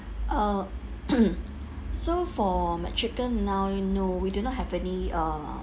oh so for mac chicken now you know we do not have any uh